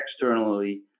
externally